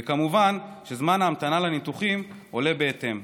וכמובן שזמן ההמתנה לניתוחים עולה בהתאם,